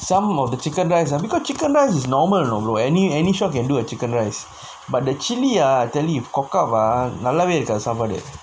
some of the chicken rice ah because chicken rice is normal you know any shop ah can do chicken rice but the chili ah I tell you cock up ah நல்லாவே இருக்காது சாப்பாடு:nallaavae irukkaathu saapaadu